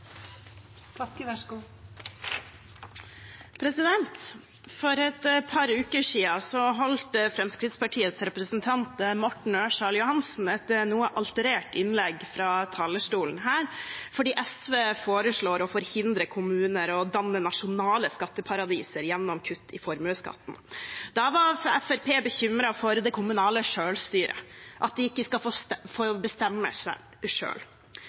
For et par uker siden holdt Fremskrittsparti-representanten Morten Ørsal Johansen et noe alterert innlegg fra talerstolen fordi SV foreslår å forhindre kommuner i å danne nasjonale skatteparadiser gjennom kutt i formuesskatten. Da var Fremskrittspartiet bekymret for det kommunale selvstyret, at de ikke skal få